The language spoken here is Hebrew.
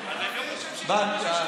אני לא חושב שיש מישהו שלא מכיר,